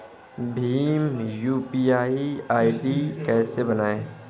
Bhim UPI ID कैसे बनाएं?